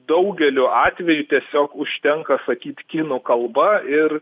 daugeliu atvejų tiesiog užtenka sakyt kinų kalba ir